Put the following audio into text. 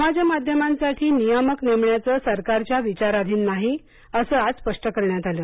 समाज माध्यमांसाठी नियामक नेमण्याचं सरकारच्या विचाराधीन नाही असं आज स्पष्ट करण्यात आलं